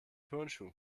turnschuh